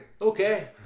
Okay